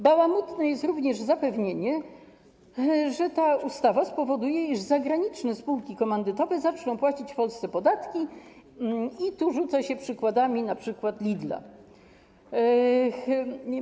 Bałamutne jest również zapewnienie, że ta ustawa spowoduje, iż zagraniczne spółki komandytowe zaczną płacić w Polsce podatki, i tu rzuca się przykładami, np. Lidl.